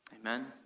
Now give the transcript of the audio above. Amen